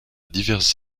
diverses